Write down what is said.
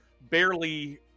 barely